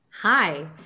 Hi